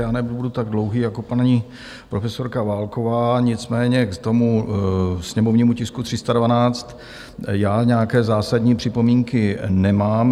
Já nebudu tak dlouhý jako paní profesorka Válková, nicméně k tomu sněmovnímu tisku 312 já nějaké zásadní připomínky nemám.